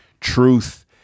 Truth